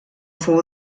fou